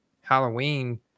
halloween